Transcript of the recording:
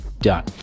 Done